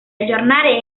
aggiornare